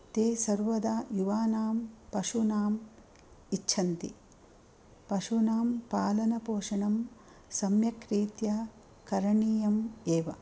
ते सर्वदा युवानां पशूनाम् इच्छन्ति पशूनां पालनपोषणं सम्यक् रीत्या करणीयम् एव